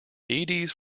deities